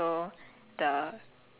okay that's a good idea